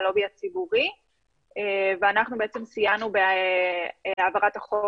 הלובי הציבורי ואנחנו סייענו בהעברת החוק